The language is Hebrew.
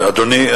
אדוני,